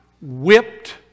whipped